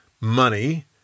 money